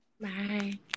Bye